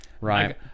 Right